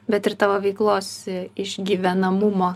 bet ir tavo veiklos išgyvenamumo